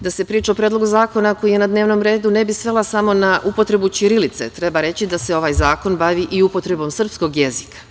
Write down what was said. Da se priča o predlogu zakona koji je na dnevnom redu ne bi svela samo na upotrebu ćirilice, treba reći da se ovaj zakon bavi i upotrebom srpskog jezika.